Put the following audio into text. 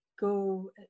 go